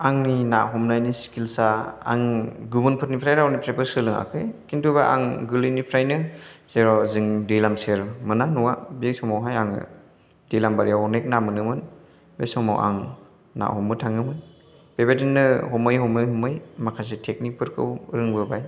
आंनि ना हमनायनि स्किल्स आ आं गुबुनफोरनिफ्राय रावनिफ्रायबो सोलोङाखै खिन्थु आं गोरलैनिफ्रायनो जेराव जों दैलाम सेर मोनना न'आ बे समावहाय आङो दैलाम बारियाव अनेक ना मोनोमोन बे समाव आं ना हमनो थाङोमोन बेबायदिनो हमै हमै माखासे टेकनिक फोरखौ रोंबोबाय